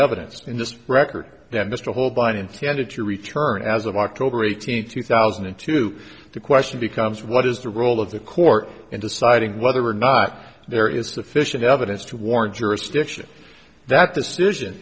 evidence in this record that mr holbein intended to return as of october eighteenth two thousand and two the question becomes what is the role of the court in deciding whether or not there is sufficient evidence to warrant jurisdiction that decision